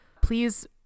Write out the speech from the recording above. please